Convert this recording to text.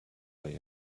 why